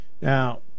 Now